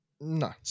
no